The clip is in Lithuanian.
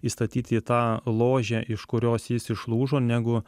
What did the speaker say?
įstatyt į tą ložę iš kurios jis išlūžo negu